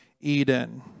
Eden